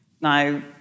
now